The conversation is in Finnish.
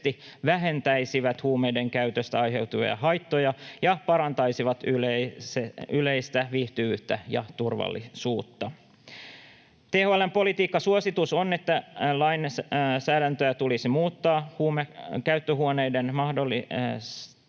vähentäisivät huumeiden käytöstä aiheutuvia haittoja ja parantaisivat yleistä viihtyvyyttä ja turvallisuutta. THL:n politiikkasuositus on, että lainsäädäntöä tulisi muuttaa käyttöhuoneiden mahdollistamiseksi